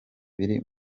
biri